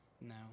No